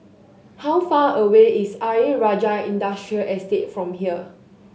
how far away is Ayer Rajah Industrial Estate from here